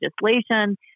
legislation